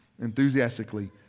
enthusiastically